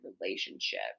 relationship